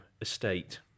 estate